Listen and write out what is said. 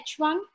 H1